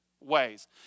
ways